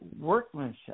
workmanship